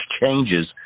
changes